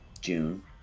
June